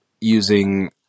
using